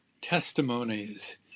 testimonies